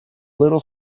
little